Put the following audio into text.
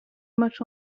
much